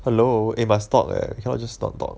hello eh must talk leh cannot just stop talk